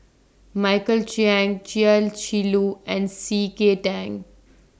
Michael Chiang Chia Shi Lu and C K Tang